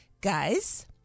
guys